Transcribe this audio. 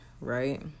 right